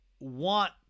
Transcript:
want